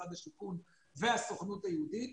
משרד השיכון והסוכנות היהודית.